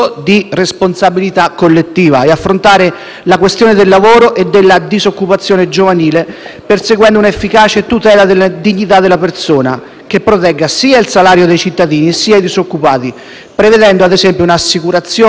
perseguendo un'efficace tutela della dignità della persona, che protegga sia il salario dei cittadini, sia i disoccupati, prevedendo ad esempio un'assicurazione europea contro la disoccupazione, come pure l'introduzione di un salario minimo europeo.